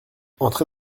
entrer